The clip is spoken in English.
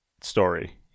story